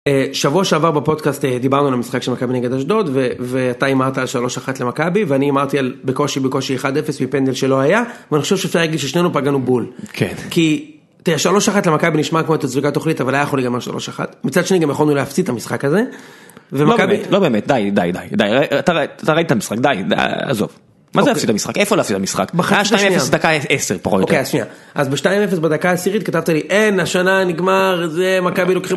שבוע שעבר בפודקאסט דיברנו על המשחק של מכבי נגד אשדוד, ואתה הימרת על 3-1 למכבי, ואני הימרתי על בקושי, בקושי 1-0 בפנדל שלא היה ואני חושב שאפשר להגיד ששנינו פגענו בול. כן.כי, תראה, 3-1 למכבי נשמע כמ תצוגת תכלית אבל היה יכול לגמר 3-1. מצד שני גם יכולנו להפסיד את המשחק הזה, ומכבי-. לא באמת לא באמת די די די די, אתה ראית את המשחק, די עזוב. איפה להפסיד את המשחק? אז ב-2-0 בדקה עשרת כתבת לי "אין, השנה, נגמר זה, מכבי לוקחים.